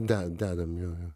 de dedam jo jo